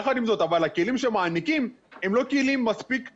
אבל הכלים שמעניקים הם לא כלים מספיק חזקים,